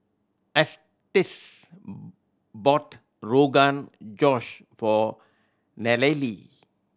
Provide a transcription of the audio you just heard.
Estes bought Rogan Josh for Nallely